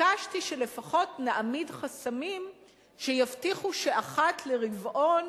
ביקשתי שלפחות נעמיד חסמים שיבטיחו שאחת לרבעון